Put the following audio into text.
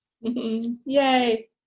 Yay